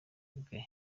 bwe